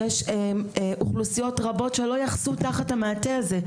יש אוכלוסיות רבות שלא יכסו תחת המעטה הזה,